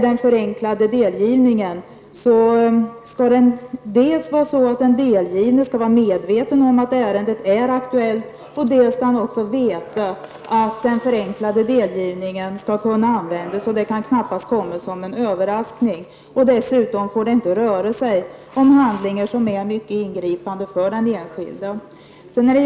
Den förenklade delgivningen skall vara sådan, att den delgivne är medveten om att ärendet är aktuellt och att förenklad delgivning kan användas. Den skall alltså inte komma som en överraskning. Dessutom får det inte röra sig om åtgärder som är mycket ingripande för den enskilde.